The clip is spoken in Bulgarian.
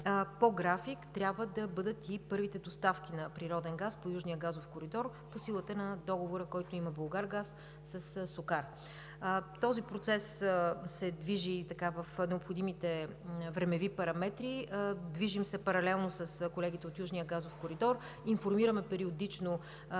по график трябва да бъдат и първите доставки на природен газ по южния газов коридор по силата на договора, който има „Булгаргаз“ със „Сокар“. Този процес се движи в необходимите времеви параметри. Паралелно се движим с колегите от Южния газов коридор. Информираме периодично